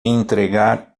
entregar